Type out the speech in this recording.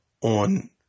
on